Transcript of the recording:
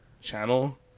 channel